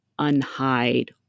unhide